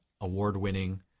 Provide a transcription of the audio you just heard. award-winning